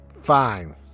fine